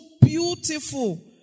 beautiful